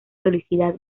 felicidad